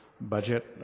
budget